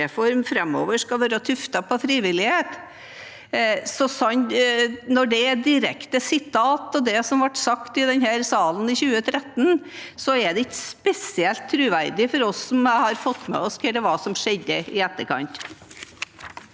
framover skal være tuftet på frivillighet. Når det er direkte sitat av det som ble sagt i denne salen i 2013, er det ikke spesielt troverdig for oss som har fått med oss hva som skjedde i etterkant.